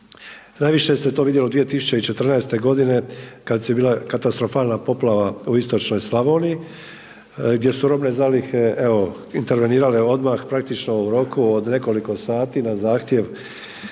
Najviše se to vidjelo 2014. godine kad je bila katastrofalna poplava u istočnoj Slavoniji gdje su robne zalihe evo intervenirale odmah, praktično u roku od nekoliko sati na zahtjev